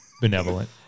benevolent